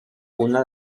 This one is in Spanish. una